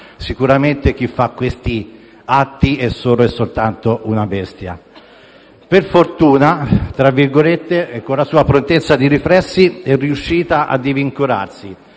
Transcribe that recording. sicuramente chi compie questi atti è solo e soltanto una bestia. Per fortuna, con la sua prontezza di riflessi, è riuscita a divincolarsi